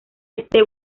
este